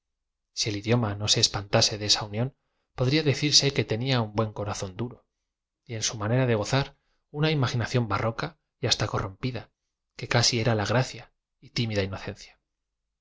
si el idioma no ee espantase de eaa unión podria decirse que tenia un buen corazón duro y en bu manera de gosar una imaginación barroca y hasta corrompida que casi era la gracia y timida inocencia ese